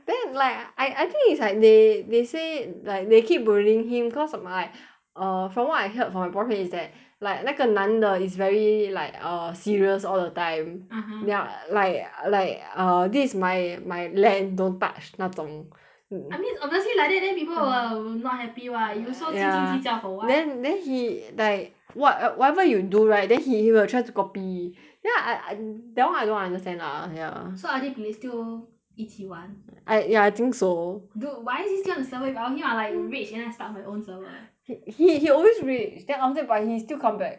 then like I I think it's like they they say like they keep bullying him cause of my err from what I heard from my boyfriend is that like 那个男的 is very like err serious all the time (uh huh) ya like like uh this is my my land don't touch 那种 I mean obviously like that then people will will not happy [what] ya you so 斤斤计较 for what ya then then he like wha~ whatever you do right then he will try to copy then I I that [one] I don't understand lah ya so are pla~ they still 一起玩 ya I think so dude why is he still on the server I only I will like rage and then I start my own server he he he always rage then after that but he still come back